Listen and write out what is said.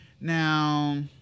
Now